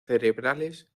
cerebrales